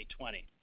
2020